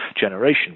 generation